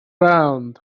round